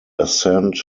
assent